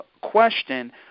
question